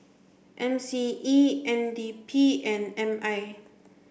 M C E N D P and M I